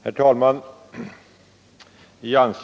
Herr talman!